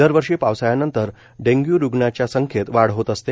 दरवर्षी पावसाळ्यानंतर डेंग्यू रुग्णांच्या संख्येत वाढ होत असते